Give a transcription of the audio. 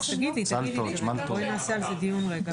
מה ההבדל בין התעמלות קרקע להתעמלות אומנותית?